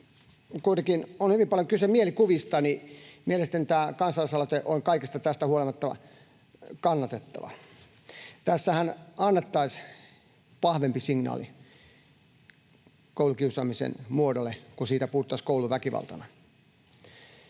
kuitenkin on hyvin paljon kyse mielikuvista, niin mielestäni tämä kansalaisaloite on kaikesta tästä huolimatta kannatettava. Tässähän annettaisiin vahvempi signaali koulukiusaamisen muodolle, kun siitä puhuttaisiin kouluväkivaltana.